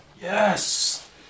Yes